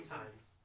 times